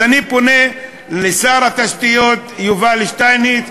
אז אני פונה לשר התשתיות יובל שטייניץ,